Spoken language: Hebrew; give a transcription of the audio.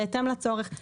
בהתאם לצורך,